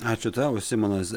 ačiū tau simonas